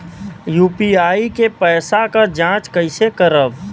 UPI के पैसा क जांच कइसे करब?